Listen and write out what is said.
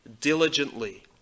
diligently